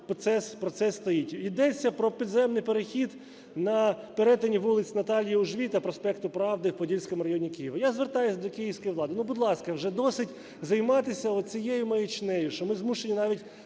процес стоїть. Йдеться про підземний перехід на перетині вулиць Наталії Ужвій та проспекту Правди в Подільському районі Києва. Я звертаюся до київської влади. Ну, будь ласка, вже досить займатися оцією маячнею, що ми змушені навіть